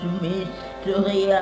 mystery